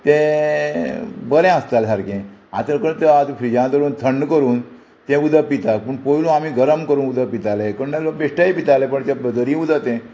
तें बरें आसतालें सारकें आतां कडेन फ्रिजा धरून थंड करून तें उदक पिता पूण पयलू आमी गरम करून उदक पिताले कोण जाण लोक बेश्टेय पिताले पण तें झरी उदक तें